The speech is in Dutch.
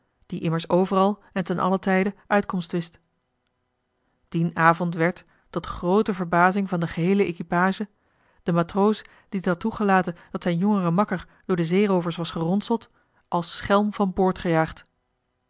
die immers overal en ten allen tijde uitkomst wist dien avond werd tot groote verbazing van de geheele equipage de matroos die het had toegelaten dat zijn jongere makker door de zeeroovers was geronseld als schelm van boord gejaagd